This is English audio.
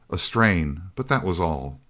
a strain but that was all.